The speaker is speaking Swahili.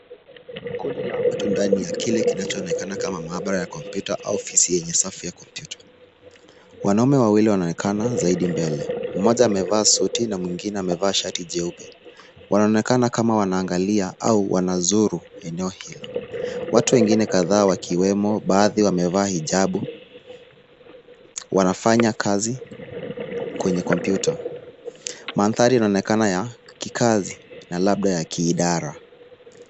Kundi la watu ndani ya kile kinachoonekana kama maabara ya kompyuta au ofisi yenye safu ya kompyuta. Wanaume wawili wanaonekana zaidi mbele. Mmoja amevaa suti na mwingine amevaa shati jeupe. Wanaonekana kama wanaangalia au wanazuru eneo hilo. Watu wengine kadhaa wakiwemo baadhi wamevaa hijabu wanafanya kazi kwenye kompyuta. Mandhari yanaonekana ya kikazi na labda ya kiidara.